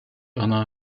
ona